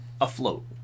afloat